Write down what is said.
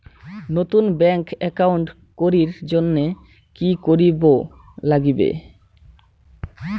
নতুন bank account করির জন্যে কি করিব নাগিবে?